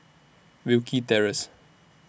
Wilkie Terrace